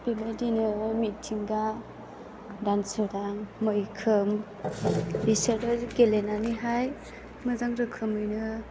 बेबायदिनो मिथिंगा दानसोरां मैखोम बिसोरो गेलेनानैहाय मोजां रोखोमैनो